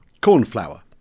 Cornflour